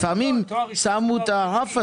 תואר ראשון או תואר שני,